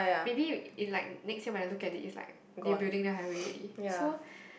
maybe in like next year when I look at it is like they building the highway already so